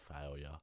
failure